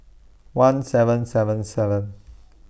one seven seven seven